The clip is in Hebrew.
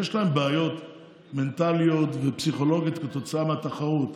יש להם בעיות מנטליות ופסיכולוגיות כתוצאה מהתחרות,